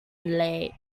late